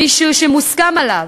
מישהו שמוסכם עליו,